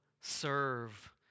serve